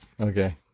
Okay